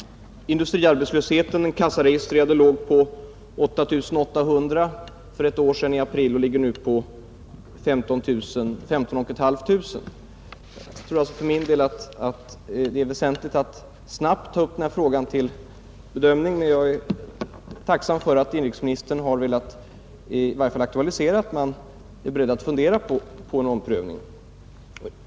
Den kassaregistrerade industriarbetslösheten låg på 8 800 personer i april förra året och uppgår nu till ca 15 500. Jag tror alltså för min del att det är väsentligt att snabbt ta upp denna fråga till bedömning, och jag är tacksam för att inrikesministern i varje fall förklarat sig beredd att fundera på en omprövning.